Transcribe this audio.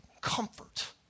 comfort